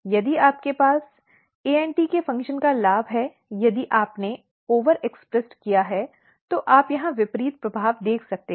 यदि आपके पास ANT के फंक्शन का लाभ है यदि आपने ओवर व्यक्त किया है तो आप यहां विपरीत प्रभाव देख सकते हैं